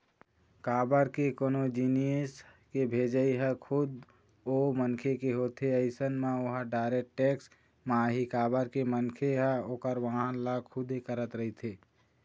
काबर के कोनो जिनिस के भेजई ह खुद ओ मनखे के होथे अइसन म ओहा डायरेक्ट टेक्स म आही काबर के मनखे ह ओखर वहन ल खुदे करत रहिथे